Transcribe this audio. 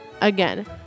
again